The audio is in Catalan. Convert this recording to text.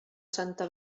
santa